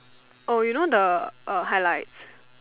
oh you know the uh highlights